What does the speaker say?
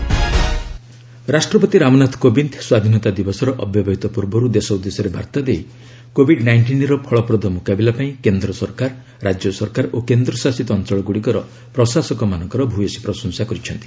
president address ରାଷ୍ଟ୍ରପତି ରାମନାଥ କୋବିନ୍ଦ ସ୍ୱାଧୀନତା ଦିବସର ଅବ୍ୟବହିତ ପୂର୍ବରୁ ଦେଶ ଉଦ୍ଦେଶ୍ୟରେ ବାର୍ତ୍ତା ଦେଇ କୋଭିଡ୍ ନାଇଷ୍ଟିନ୍ର ଫଳପ୍ରଦ ମୁକାବିଲା ପାଇଁ କେନ୍ଦ୍ର ସରକାର ରାଜ୍ୟ ସରକାର ଓ କେନ୍ଦ୍ରଶାସିତ ଅଞ୍ଚଳଗୁଡ଼ିକର ପ୍ରଶାସକମାନଙ୍କର ଭୟସୀ ପ୍ରଶଂସା କରିଛନ୍ତି